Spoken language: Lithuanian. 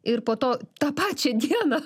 ir po to tą pačią dieną